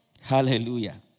Hallelujah